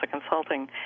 Consulting